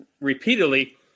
repeatedly